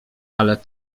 ale